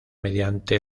mediante